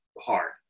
hard